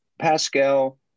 Pascal